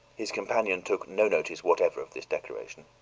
his companion took no notice whatever of this declaration.